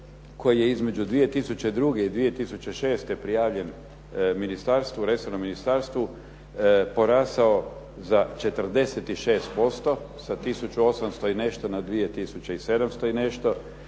koji je između 2002. i 2006. prijavljen resornom ministarstvu porasao za 46% sa tisuću osamsto i nešto